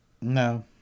No